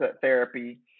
therapy